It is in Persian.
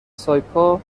سایپا